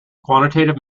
quantitative